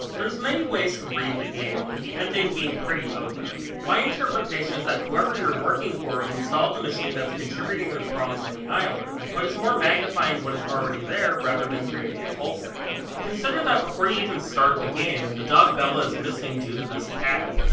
there's many ways to read the game, with the ending being pretty open. my interpretation is that whoever you're working for installed the machine that's contributing to the the problems on the island, but is more magnifying what is already there rather than creating it wholesale. consider that before you even start the game, the dog bella is missing due to this cat.